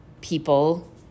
people